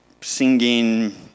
singing